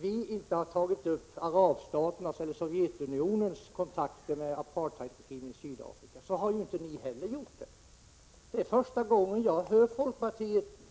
vi inte har tagit upp arabstaternas eller Sovjetunionens kontakter med apartheidregimen i Sydafrika, kan man ju säga att inte heller ni har gjort det. Det här är första gången jag